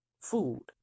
food